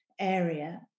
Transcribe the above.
area